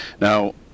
Now